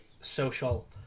social